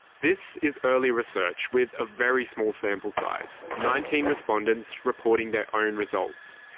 this is early research, with a very small sample size nineteen respondents, reporting their own results.